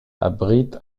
abrite